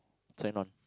sign on